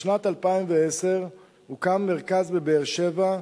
בשנת 2010 הוקם מרכז בבאר-שבע,